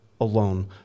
alone